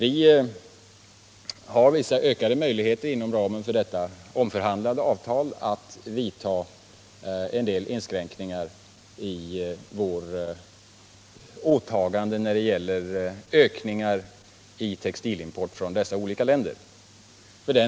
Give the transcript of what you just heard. Inom ramen för detta omförhandlade avtal har vi vissa möjligheter att vidta en del inskränkningar i våra åtaganden när det gäller ökningar i textilimporten från dessa olika länder.